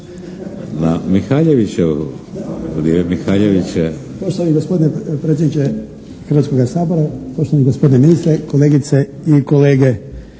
**Kramarić, Zlatko (HSLS)** Poštovani gospodine predsjedniče Hrvatskoga sabora, poštovani gospodine ministre, kolegice i kolege!